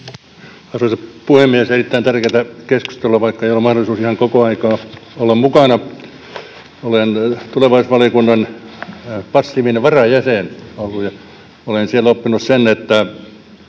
Arvoisa puhemies! Erittäin tärkeätä keskustelua, vaikka ei ole mahdollisuus ihan koko aikaa olla mukana. Olen tulevaisuusvaliokunnan passiivinen varajäsen ollut ja olen siellä oppinut sen, että